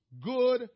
good